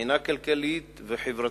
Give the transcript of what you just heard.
מבחינה כלכלית וחברתית.